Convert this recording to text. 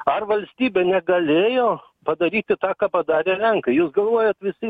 ar valstybė negalėjo padaryti tą ką padarė lenkai jūs galvojat visi